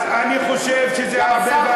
אז אני חושב שזה הרבה,